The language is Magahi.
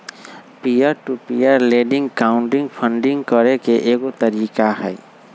peer to peer lending crowd funding करे के एगो तरीका हई